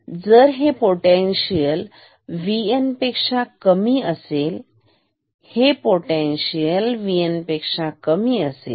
जर हे potential VN पेक्षा कमी असेल हे पोटेनशीय Vn पेक्षा कमी असेल